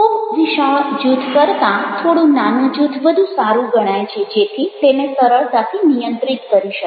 ખૂબ વિશાળ જૂથ કરતાં થોડું નાનું જૂથ વધુ સારું ગણાય છે જેથી તેને સરળતાથી નિયંત્રિત કરી શકાય